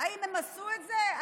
האם הם עשו את זה?